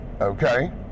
okay